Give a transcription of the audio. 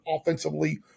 offensively